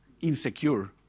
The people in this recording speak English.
insecure